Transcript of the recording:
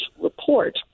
report